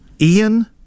ian